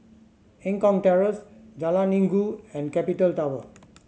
Eng Kong Terrace Jalan Inggu and Capital Tower